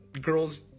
girls